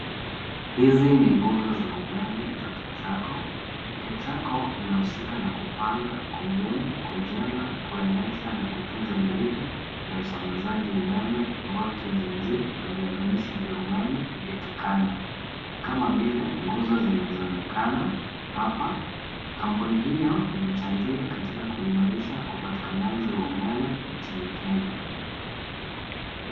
Hizi ni nguzo za umeme za KETRACO. KENTRACO inahusika na kupanga, kubuni, kujenga, kuendesha na kutunza grili ya usambazaji wa umeme ya voltage ya juu na viunganishi vya umeme vya kikanda, kama vile nguzo zinazoonekana hapa. Kampuni hiyo inachangia katika kuimarisha upatikanaji wa umeme nchini Kenya.